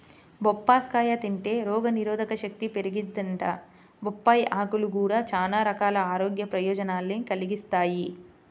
బొప్పాస్కాయ తింటే రోగనిరోధకశక్తి పెరిగిద్దంట, బొప్పాయ్ ఆకులు గూడా చానా రకాల ఆరోగ్య ప్రయోజనాల్ని కలిగిత్తయ్